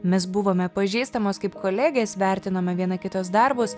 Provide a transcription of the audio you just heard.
mes buvome pažįstamos kaip kolegės vertinome viena kitos darbus